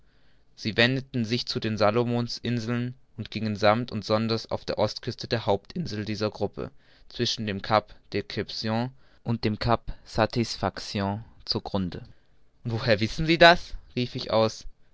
sie wendeten sich zu den salomons inseln und gingen sammt und sonders auf der ostküste der hauptinsel dieser gruppe zwischen dem cap deception und cap satisfaction zu grunde und woher wissen sie dies rief ich aus